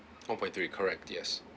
one point three correct yes